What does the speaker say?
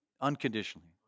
unconditionally